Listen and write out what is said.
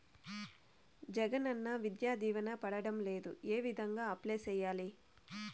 జగనన్న విద్యా దీవెన పడడం లేదు ఏ విధంగా అప్లై సేయాలి